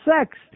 sex